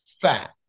fat